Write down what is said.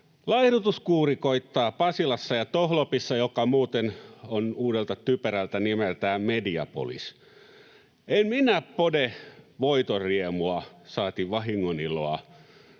Laihdutuskuuri koittaa Pasilassa ja Tohlopissa, joka muuten on uudelta typerältä nimeltään Mediapolis. En minä pode voitonriemua, saati vahingoniloa,